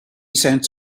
cents